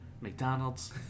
McDonald's